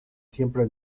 siempre